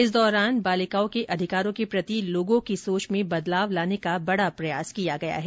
इस दौरान बालिकाओं के अधिकारों के प्रति लोगो की सोच में बदलाव लाने का बडा प्रयास किया गया है